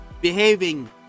behaving